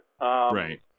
Right